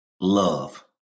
Love